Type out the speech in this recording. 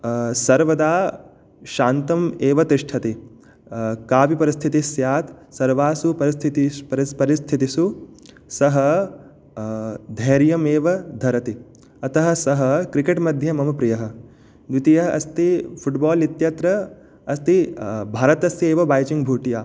सर्वदा शान्तम् एव तिष्ठति कापि परिस्थितिः स्यात् सर्वासु परिस्थिति परि परिस्थितिसु सः धैर्यम् एव धरति अतः सः क्रिकेट् मध्ये मम प्रियः द्वितीयः अस्ति फुट्बाल् इत्यत्र अस्ति भारतस्य एव बैचिङ् भुटिया